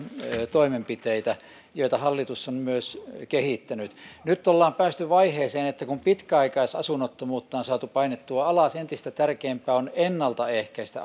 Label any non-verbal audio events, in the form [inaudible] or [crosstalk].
toimenpiteitä joita hallitus on myös kehittänyt nyt ollaan päästy siihen vaiheeseen että kun pitkäaikaisasunnottomuutta on saatu painettua alas entistä tärkeämpää on ennaltaehkäistä [unintelligible]